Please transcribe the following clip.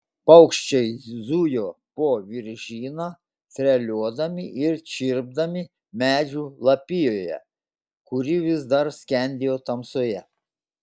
paukščiai zujo po viržyną treliuodami ir čirpdami medžių lapijoje kuri vis dar skendėjo tamsoje